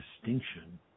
distinction